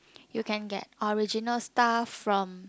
you can get original stuff from